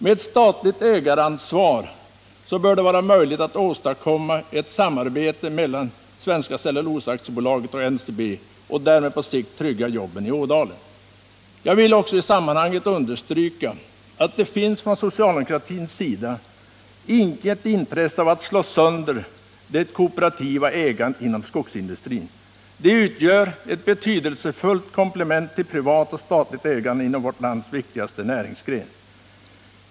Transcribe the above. Med ett statligt ägaransvar bör det vara möjligt att åstadkomma ett samarbete mellan Svenska Cellulosa AB och NCB och därmed på sikt trygga jobben i Ådalen. Jag vill också i sammanhanget understryka att det inom socialdemokratin inte finns något intresse av att slå sönder det kooperativa ägandet inom skogsindustrin. Det utgör ett betydelsefullt komplement till privat och statligt ägande inom vårt lands viktigaste näringsgren.